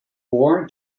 born